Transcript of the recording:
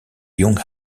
young